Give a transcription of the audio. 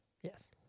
Yes